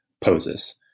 poses